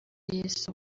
yesu